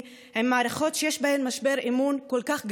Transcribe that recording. עם מערכות שיש בהן משבר אמון כל כך גדול.